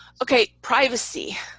okay privacy.